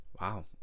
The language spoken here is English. Wow